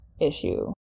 issue